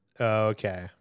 Okay